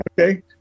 okay